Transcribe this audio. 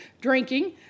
drinking